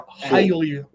highly